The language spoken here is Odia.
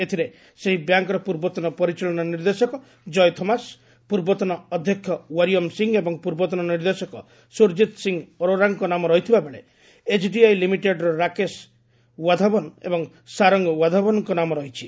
ଏଥିରେ ସେହି ବ୍ୟାଙ୍କ୍ର ପୂର୍ବତନ ପରିଚାଳନା ନିର୍ଦ୍ଦେଶକ ଜୟ ଥୋମାସ୍ ପୂର୍ବତନ ଅଧ୍ୟକ୍ଷ ୱାରିୟମ୍ ସିଂହ ଏବଂ ପୂର୍ବତନ ନିର୍ଦ୍ଦେଶକ ସ୍ରରଜିତ୍ ସିଂହ ଅରୋରାଙ୍କ ନାମ ରହିଥିବାବେଳେ ଏଚ୍ଡିଆଇ ଲିମିଟେଡ୍ର ରାକେଶ୍ ୱାଧାଓନ୍ ଏବଂ ସାରଙ୍ଗ୍ ୱାଧାଓୁନ୍ଙ୍କ ନାମ ରହିଛି